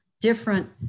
different